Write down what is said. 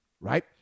right